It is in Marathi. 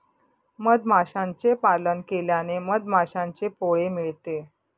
मधमाशांचे पालन केल्याने मधमाशांचे पोळे मिळते